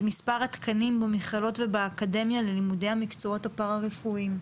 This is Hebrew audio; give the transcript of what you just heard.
מספר התקנים במכללות ובאקדמיה ללימודי המקצועות הפרא רפואיים.